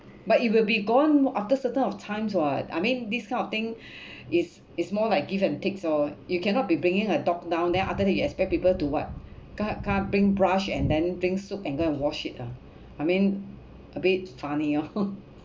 but it will be gone after certain of times [what] I mean this kind of thing is is more like give and takes lor you cannot be bringing a dog down then after that you expect people to what co~ come bring brush and then bring soap and go and wash it lah I mean a bit funny oh